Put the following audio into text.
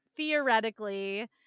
theoretically